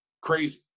Crazy